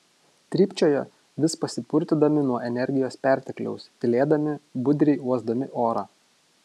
trypčiojo vis pasipurtydami nuo energijos pertekliaus tylėdami budriai uosdami orą